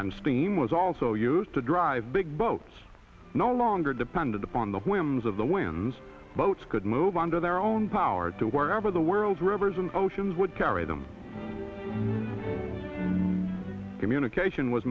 and steam was also used to drive big boats no longer depended upon the whims of the wins boats could move on to their own power to wherever the world rivers and oceans would carry them communication was